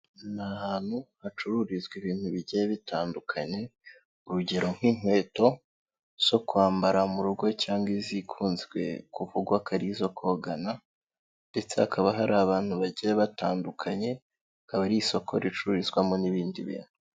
Ni ahantu hacururizwa ibintu bigiye bitandukanye urugero nk'inkweto zo kwambara mu rugo cyangwa izikunzwe kuvugwa ko ari izo kogana ndetse hakaba hari abantu bagiye batandukanye akaba ari isoko ricururizwamo n'ibindi bintu.